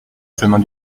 chemin